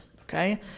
Okay